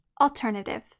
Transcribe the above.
alternative